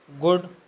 good